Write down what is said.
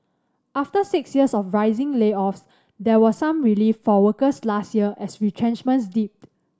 after six years of rising layoffs there was some relief for workers last year as retrenchments dipped